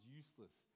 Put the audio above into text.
useless